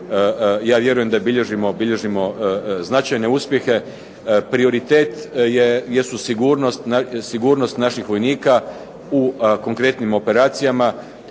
ja vjerujem da bilježimo značajne uspjehe. Prioritet su sigurnost naših vojnika u konkretnim operacijama